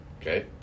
Okay